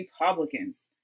Republicans